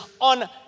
on